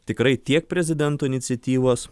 tikrai tiek prezidento iniciatyvos